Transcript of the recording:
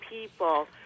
people